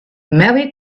merry